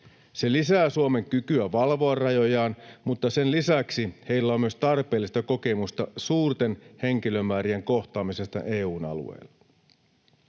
Se lisää Suomen kykyä valvoa rajojaan, mutta sen lisäksi heillä on myös tarpeellista kokemusta suurten henkilömäärien kohtaamisesta EU:n alueella.